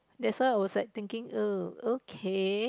that's why I was like thinking oh okay